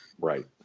right